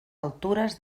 altures